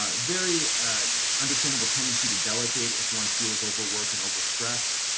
ah very understandable tendency to delegate if one feels overworked and overstressed.